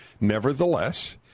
nevertheless